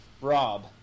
Rob